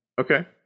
Okay